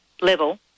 level